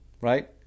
Right